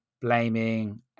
blaming